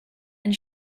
and